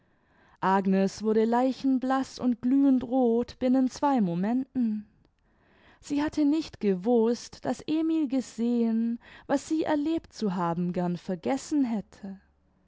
agnes wurde leichenblaß und glühendroth binnen zwei momenten sie hatte nicht gewußt daß emil gesehen was sie erlebt zu haben gern vergessen hätte